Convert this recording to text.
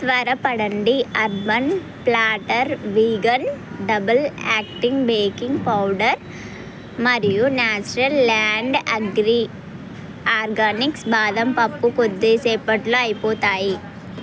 త్వరపడండి Urban Platter vegan double acting baking powder మరియు natural land agri organics బాదం పప్పు కొద్దిసేపట్ల అయిపోతాయి